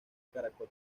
caracol